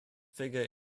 figure